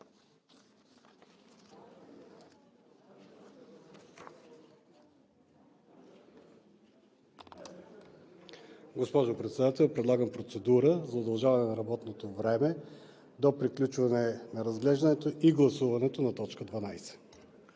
Госпожо Председател, предлагам процедура за удължаване на работното време до приключване на разглеждането и гласуването на точка 12.